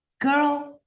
girl